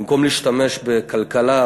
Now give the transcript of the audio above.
במקום להשתמש בכלכלה,